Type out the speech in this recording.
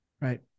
Right